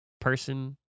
Person